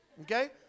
Okay